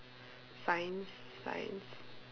science science